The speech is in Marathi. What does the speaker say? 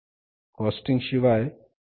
कॉस्टिंग शिवाय किंमत निर्धारित करणे अशक्य आहे